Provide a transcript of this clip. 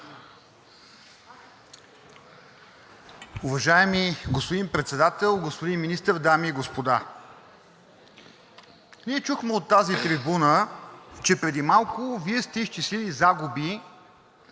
Уважаеми господин Председател, господин Министър, дами и господа! Ние чухме от тази трибуна, че преди малко Вие сте изчислили загуби